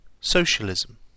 Socialism